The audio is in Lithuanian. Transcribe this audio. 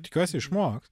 tikiuosi išmokt